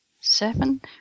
seven